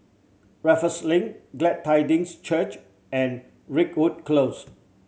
Raffles Link Glad Tidings Church and Ridgewood Close